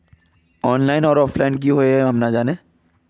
Online आर offline की हुई है हम ना जाने?